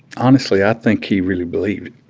honestly, i think he really believed